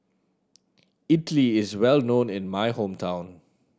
idili is well known in my hometown